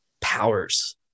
powers